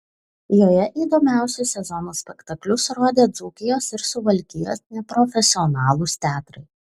joje įdomiausius sezono spektaklius rodė dzūkijos ir suvalkijos neprofesionalūs teatrai